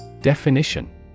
Definition